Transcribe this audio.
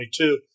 2022